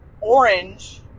orange